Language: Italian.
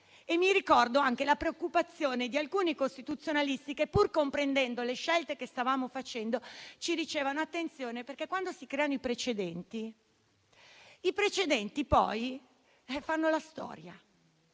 e ricordo anche la preoccupazione di alcuni costituzionalisti che, pur comprendendo le scelte che stavamo facendo, ci dicevano di fare attenzione, perché, quando si creano i precedenti, questi poi fanno la storia.